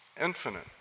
infinite